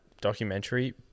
documentary